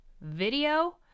video